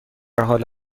حال